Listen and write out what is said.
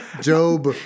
job